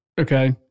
Okay